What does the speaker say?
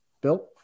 Bill